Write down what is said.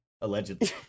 allegedly